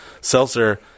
Seltzer